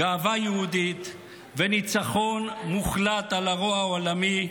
גאווה יהודית וניצחון מוחלט על הרוע העולמי,